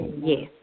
Yes